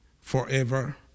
forever